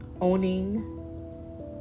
owning